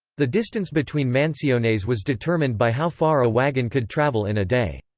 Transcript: the distance between mansiones was determined by how far a wagon could travel in a day.